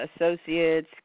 associates